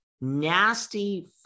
nasty